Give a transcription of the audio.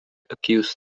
accused